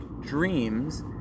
dreams